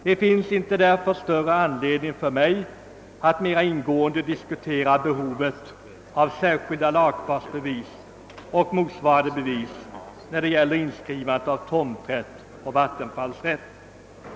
Det finns därför inte någon större anledning för mig att mer ingående diskutera behovet av särskilda lagfartsbevis och motsvarande bevis när det gäller inskrivandet av tomträtt och vattenfallsrätt.